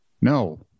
No